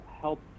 help